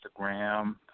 Instagram